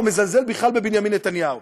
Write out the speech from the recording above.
ומזלזל בכלל בבנימין נתניהו,